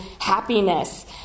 happiness